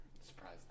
surprise